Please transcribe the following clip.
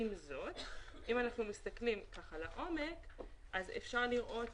עם זאת, אם אנחנו מסתכלים לעומק, אפשר לראות